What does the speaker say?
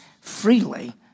freely